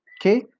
Okay